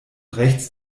rechts